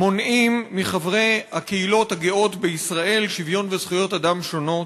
מונעים מחברי הקהילות הגאות בישראל שוויון וזכויות אדם שונות.